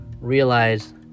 realize